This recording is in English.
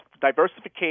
diversification